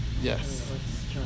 Yes